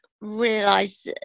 realize